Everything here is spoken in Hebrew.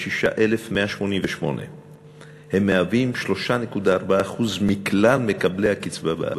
26,188. הם מהווים 3.4% מכלל מקבלי הקצבה בארץ.